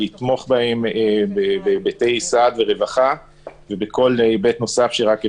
לתמוך בהם בהיבטי סעד ורווחה בכל היבט נוסף שרק אפשר,